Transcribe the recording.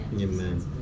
Amen